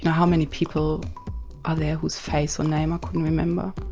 and how many people are there whose face or name i couldn't remember?